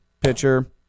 Pitcher